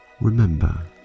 remember